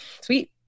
Sweet